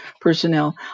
personnel